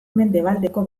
mendebaldeko